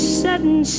sudden